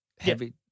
heavy